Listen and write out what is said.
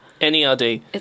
N-E-R-D